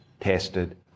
tested